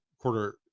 quarter